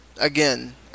again